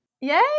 Yay